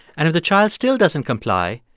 and if the child still doesn't comply,